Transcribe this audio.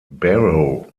barrow